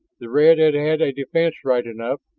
the red had had a defense right enough,